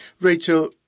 Rachel